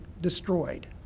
destroyed